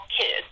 kids